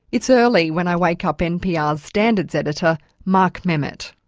it's early when i wake up npr's standards editor mark memmott.